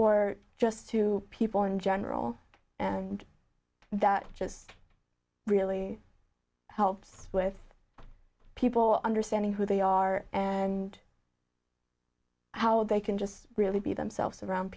or just to people in general and that just really helps with people understanding who they are and how they can just really be themselves around